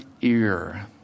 ear